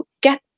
get